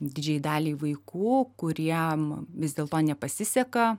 didžiajai daliai vaikų kuriem vis dėlto nepasiseka